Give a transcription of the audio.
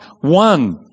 one